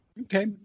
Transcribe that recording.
Okay